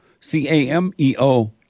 C-A-M-E-O